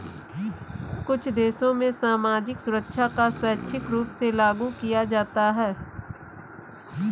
कुछ देशों में सामाजिक सुरक्षा कर स्वैच्छिक रूप से लागू किया जाता है